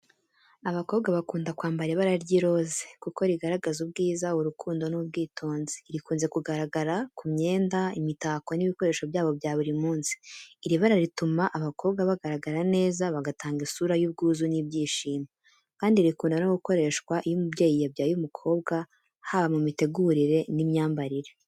Abakobwa bakunda kwambara ibara ry'iroze kuko rigaragaza ubwiza, urukundo n’ubwitonzi. Rikunze kugaragara ku myenda, imitako n’ibikoresho byabo bya buri munsi. Iri bara rituma abakobwa bagaragara neza, bagatanga isura y’ubwuzu n’ibyishimo, kandi rikunda no gukoreshwa iyo umubyeyi yabyaye umukobwa haba mu mitegurire n’imyambarire.